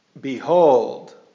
Behold